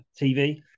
TV